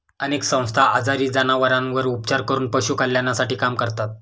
अनेक संस्था आजारी जनावरांवर उपचार करून पशु कल्याणासाठी काम करतात